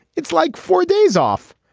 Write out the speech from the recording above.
it's like four days off.